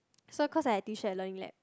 so cause I teach at Learning Lab